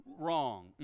wrong